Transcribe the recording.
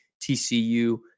TCU